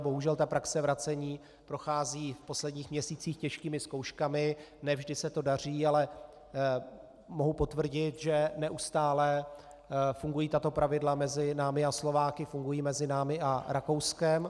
Bohužel ta praxe vracení prochází v posledních měsících těžkými zkouškami, ne vždy se to daří, ale mohu potvrdit, že neustále fungují tato pravidla mezi námi a Slováky, fungují mezi námi a Rakouskem.